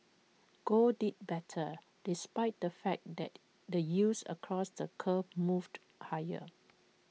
gold did better despite the fact that the yields across the curve moved higher